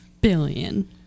Billion